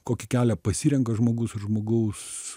kokį kelią pasirenka žmogus ir žmogaus